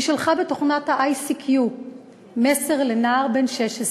היא שלחה בתוכנת ה-ICQ מסר לנער בן 16,